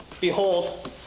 Behold